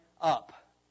up